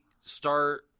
start